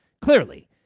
clearly